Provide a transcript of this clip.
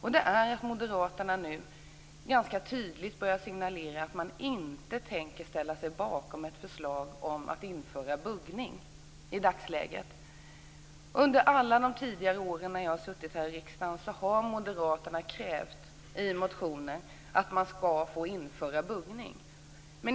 Moderaterna börjar nu signalera ganska tydligt att man inte tänker ställa sig bakom ett förslag om införande av buggning. Under alla tidigare år som jag har suttit i riksdagen har moderaterna krävt i motioner att man skall få införa buggning.